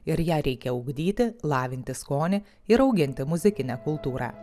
ir ją reikia ugdyti lavinti skonį ir auginti muzikinę kultūrą